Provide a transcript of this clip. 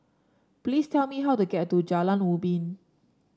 please tell me how to get to Jalan Ubi